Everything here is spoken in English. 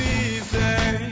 easy